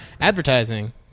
advertising